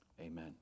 amen